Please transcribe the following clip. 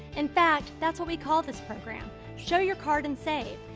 in fact, that's what we call this program show your card and save.